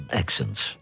accents